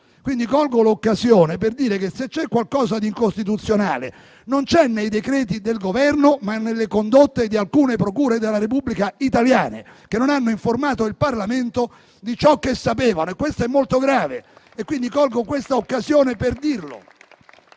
Colgo l'occasione per dire che, se c'è qualcosa di incostituzionale, non è nei decreti-legge del Governo, ma nelle condotte di alcune procure della Repubblica italiana, che non hanno informato il Parlamento di ciò che sapevano. Questo è molto grave, ragion per cui colgo questa occasione per dirlo.